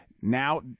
now